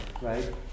right